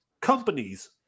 companies